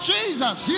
Jesus